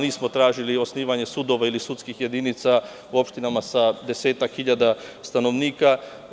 Nismo tražili osnivanje sudova ili sudskih jedinica u opštinama sa desetak hiljada stanovnika.